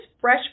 fresh